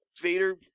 vader